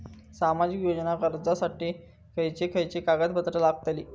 सामाजिक योजना अर्जासाठी खयचे खयचे कागदपत्रा लागतली?